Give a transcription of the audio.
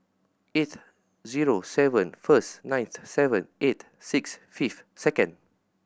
eight zero seven firstone nine seven eight six five second